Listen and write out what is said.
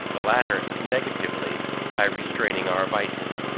the latter negatively by restraining our vices.